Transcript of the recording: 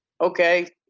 okay